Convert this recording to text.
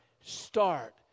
start